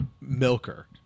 milker